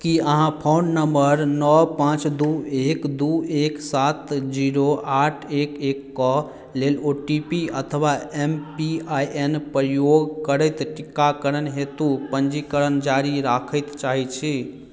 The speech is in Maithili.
की अहाँ फोन नंबर नओ पाँच दू एक दू एक सात जीरो आठ एक एकके लेल ओ टी पी अथवा एम पी आइ एन प्रयोग करैत टीकाकरण हेतु पञ्जीकरण जारी राखय चाहैत छी